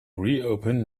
reopen